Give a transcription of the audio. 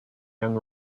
young